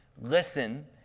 Listen